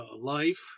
life